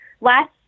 last